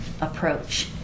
approach